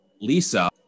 Lisa